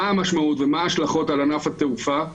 המשמעות ומה ההשלכות על ענף התעופה והתיירות.